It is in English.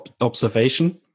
observation